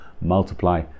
multiply